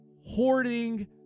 hoarding